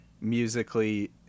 musically